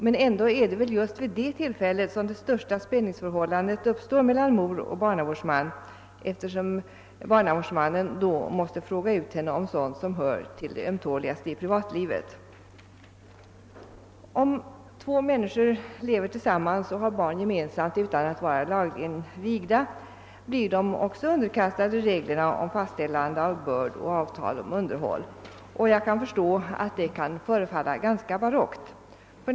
Men ändå är det just vid det tillfället som det största spänningsförhållandet uppstår mellan mor och barnavårdsman, eftersom barnavårdsmannen då måste fråga ut henne om sådant som tillhör hennes ömtåligaste privatliv. Om två människor lever tillsammans och har barn gemensamt utan att vara lagligt vigda, blir de också underkastade reglerna om fastställande av börd och avtal om underhåll. Jag förstår att detta kan förefalla ganska barockt.